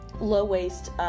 low-waste